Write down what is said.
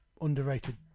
underrated